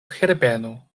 herbeno